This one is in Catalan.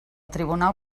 tribunal